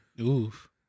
Oof